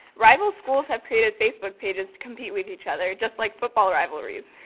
rival schools have created facebook pages to compete with each other just like football rivalries.